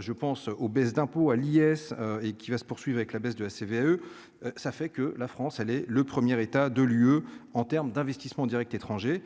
je pense aux baisses d'impôts à Liesse et qui va se poursuivre avec la baisse de la CVAE ça fait que la France, elle est le premier états de lieux en termes d'investissements Directs étrangers